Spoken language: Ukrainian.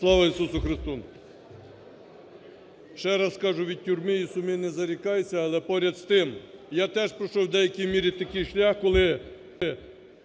Слава Ісусу Христу!